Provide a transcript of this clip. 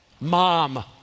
mom